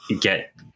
get